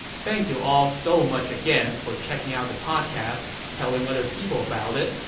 thank you all so much again for checking out the podcast, telling other people about it,